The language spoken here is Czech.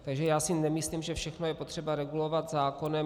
Takže já si nemyslím, že všechno je potřeba regulovat zákonem.